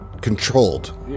controlled